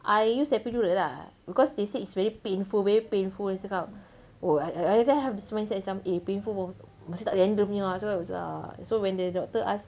I use epidural ah because they said it's very painful very painful I cakap oh I I I don't have eh for mesti tak boleh handle punya lah so cakap ah so when the doctor asks